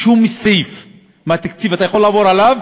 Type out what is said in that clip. בשום סעיף מהתקציב, אתה יכול לעבור עליו